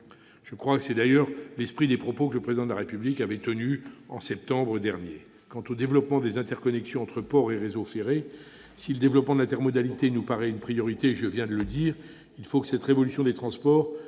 Je crois que c'est l'esprit des propos que le Président de la République avait tenus en septembre dernier. Quant au développement des interconnexions entre ports et réseaux ferrés et de l'intermodalité, il nous paraît une priorité. Mais il faut que cette révolution des transports